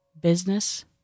business